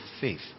faith